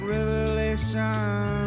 Revelation